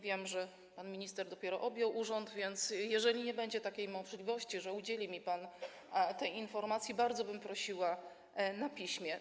Wiem, że pan minister dopiero objął urząd, więc jeżeli nie będzie takiej możliwości, żeby udzielił mi pan tej informacji, bardzo bym prosiła o odpowiedź na piśmie.